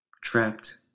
Trapped